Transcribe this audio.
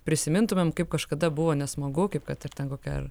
prisimintumėm kaip kažkada buvo nesmagu kaip kad ten ir kokia ir